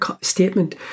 statement